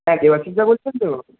হ্যাঁ দেবাশিসদা বলছেন তো